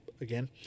again